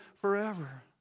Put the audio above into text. forever